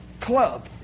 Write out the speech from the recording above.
club